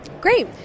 Great